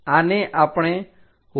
આને આપણે horizontal plane કહીએ છીએ